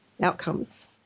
outcomes